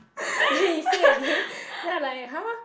then he say again then I like !huh!